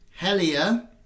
Helia